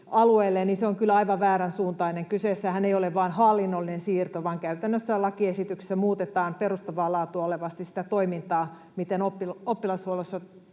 hyvinvointialueelle on kyllä aivan vääränsuuntainen. Kyseessähän ei ole vain hallinnollinen siirto, vaan käytännössä lakiesityksessä muutetaan perustavaa laatua olevasti sitä toimintaa, miten oppilashuollossa